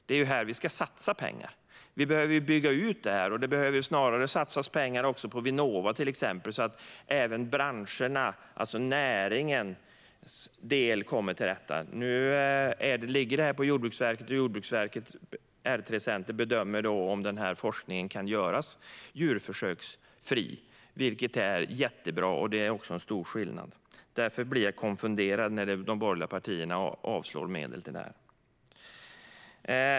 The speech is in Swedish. Det är här vi ska satsa pengar. Vi behöver bygga ut det. Det behöver snarare satsas pengar på till exempel Vinnova så att det även kommer näringen till del. Det ligger nu på Jordbruksverket, och Jordbruksverkets R3-center bedömer om forskningen kan göras djurförsöksfri. Det är jättebra, och det är en stor skillnad. Jag blir därför konfunderad när de borgerliga partierna vill avslå medel till det.